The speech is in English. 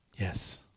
Yes